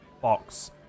box